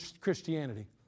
Christianity